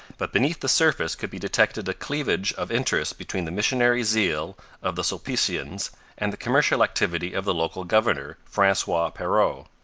but beneath the surface could be detected a cleavage of interest between the missionary zeal of the sulpicians and the commercial activity of the local governor, francois perrot.